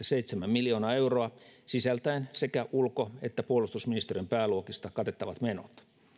seitsemän miljoonaa euroa sisältäen sekä ulko että puolustusministeriön pääluokista katettavat menot